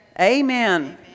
Amen